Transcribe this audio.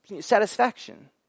satisfaction